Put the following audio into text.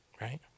right